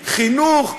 חינוך,